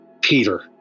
Peter